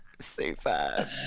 Super